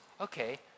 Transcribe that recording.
okay